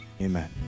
Amen